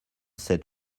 sept